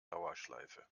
dauerschleife